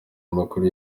amakuru